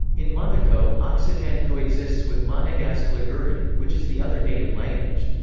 in monaco, occitan coexists with monegasque ligurian, which is the other native language.